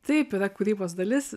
taip yra kūrybos dalis